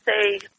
say